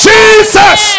Jesus